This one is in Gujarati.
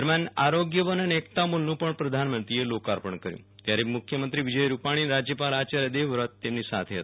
દરમ્યાન આરોગ્ય વન અને એકતા મોલનું પણ પ્રધાનમંત્રીએ લોકાર્પણ કર્યું ત્યારે મુખ્યમંત્રી વિજય રૂપાણી અને રાજયપાલ આચાર્ય દેવવ્રત તેમ્ની સાથે હતા